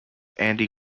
andy